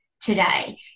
today